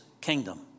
kingdom